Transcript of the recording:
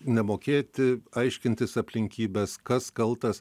nemokėti aiškintis aplinkybes kas kaltas